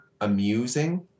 amusing